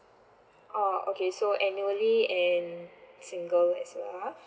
oh okay so annually and single as well ah